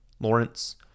Lawrence